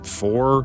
four